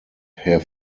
herr